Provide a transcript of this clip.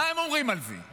מה הם אומרים על זה?